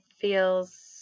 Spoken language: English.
feels